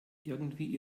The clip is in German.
irgendwie